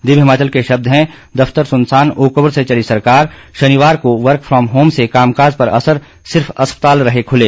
दिव्य हिमाचल के शब्द हैं दफ्तर सुनसान ओकओवर से चली सरकार शनिवार को वर्क फॉम होम से कामकाज पर असर सिर्फ अस्पताल रहे खुले